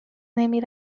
نمی